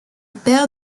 père